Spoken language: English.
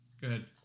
Good